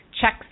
checks